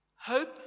hope